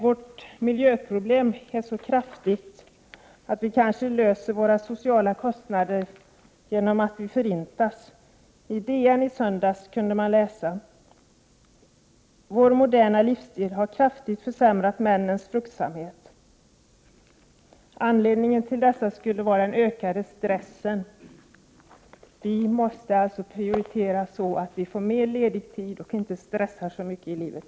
Vårt miljöproblem är så stort att vi kanske löser våra sociala problem genom att förintas. I DN i söndags kunde man läsa: ”Vår moderna livsstil har kraftigt försämrat männens fruktsamhet.” Anledningen till detta skulle vara den ökade stressen. Vi måste alltså prioritera, så att vi får mer ledig tid och så att vi inte stressar så mycket i livet.